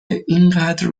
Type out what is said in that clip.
اینقدر